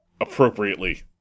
appropriately